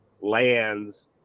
lands